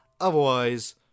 otherwise